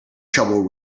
trouble